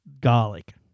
garlic